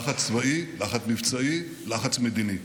לחץ צבאי, לחץ מבצעי, לחץ מדיני.